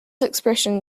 expression